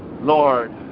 Lord